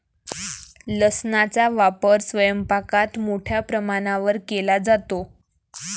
लसणाचा वापर स्वयंपाकात मोठ्या प्रमाणावर केला जातो